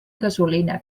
gasolina